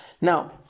Now